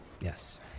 Yes